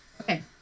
Okay